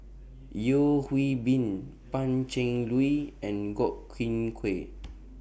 Yeo Hwee Bin Pan Cheng Lui and Godwin Koay